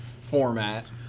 format